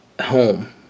home